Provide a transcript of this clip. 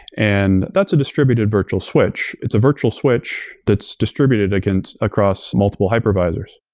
and that's a distributed virtual switch. it's a virtual switch that's distributed against across multiple hypervisors.